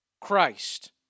Christ